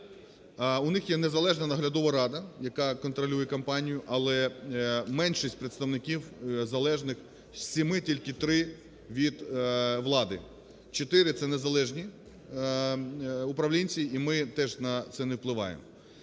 У них є незалежна наглядова рада, яка контролює компанію, але меншість представників залежних, з 7 тільки 3 від влади, 4 – це незалежні управлінці, і ми теж на це не впливаємо.